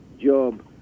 job